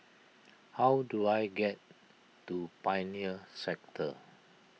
how do I get to Pioneer Sector